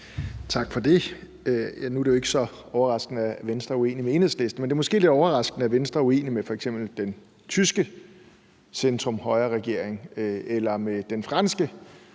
Tak for det. Nu er det jo ikke så overraskende, at Venstre er uenig med Enhedslisten, men det er måske lidt overraskende, at Venstre er uenig med f.eks. den tyske centrum-højre-regering, med den franske